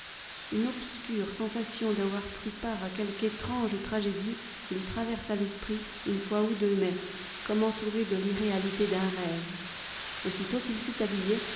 une obscure sensation d'avoir pris part à quelque étrange tragédie lui traversa l'esprit une fois ou deux mais comme entourée de l'irréalité d'un rêve aussitôt qu'il fut habillé